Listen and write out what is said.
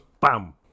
bam